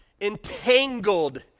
entangled